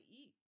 eat